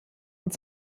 und